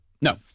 No